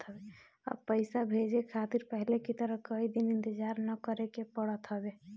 अब पइसा भेजे खातिर पहले की तरह कई दिन इंतजार ना करेके पड़त हवे